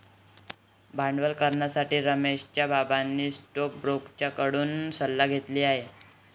भांडवल करण्यासाठी रमेशच्या बाबांनी स्टोकब्रोकर कडून सल्ला घेतली आहे